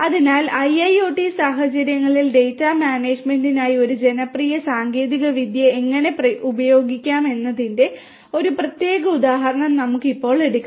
അതിനാൽ IIoT സാഹചര്യങ്ങളിൽ data മാനേജ്മെന്റിനായി ഒരു ജനപ്രിയ സാങ്കേതികവിദ്യ എങ്ങനെ ഉപയോഗിക്കാം എന്നതിന്റെ ഒരു പ്രത്യേക ഉദാഹരണം നമുക്ക് ഇപ്പോൾ എടുക്കാം